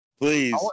Please